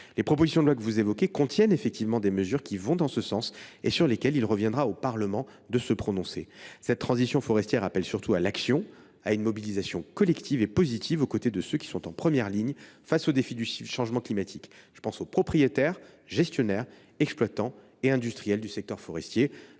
Les propositions de loi que vous avez évoquées contiennent effectivement des mesures qui vont en ce sens. Il reviendra au Parlement de se prononcer à leur sujet. La transition forestière appelle surtout à l’action, à une mobilisation collective et positive aux côtés de ceux qui sont en première ligne face au défi du changement climatique. Je pense aux propriétaires, aux gestionnaires, aux exploitants et aux industriels du secteur forestier.